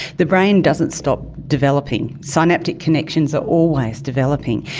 the brain doesn't stop developing, synaptic connections are always developing,